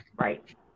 Right